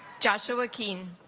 joshua keane